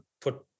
put